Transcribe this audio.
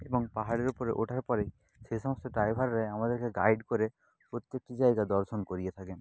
এবং পাহাড়ের ওপরে ওঠার পরেই সেই সমস্ত ড্রাইভাররা আমাদেরকে গাইড করে প্রত্যেকটি জায়গা দর্শন করিয়ে থাকেন